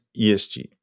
ESG